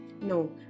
No